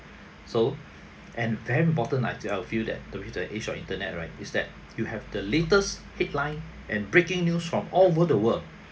so and damn important until I feel that during the age of internet right is that you have the latest headline and breaking news from all over the world